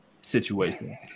situation